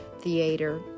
theater